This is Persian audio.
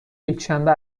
یکشنبه